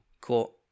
Cool